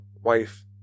wife